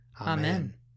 Amen